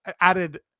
added